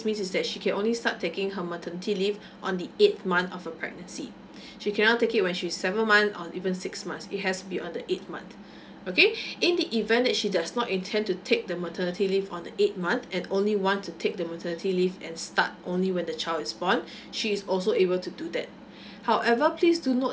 means is that she can only start taking her maternity leave on the eighth month of her pregnancy she cannot take it when she's seven month or even six months it has to be on the eight month okay in the event that she does not intend to take the maternity leave on the eight month and only want to take the maternity leave and start only when the child is born she is also able to do that however please do note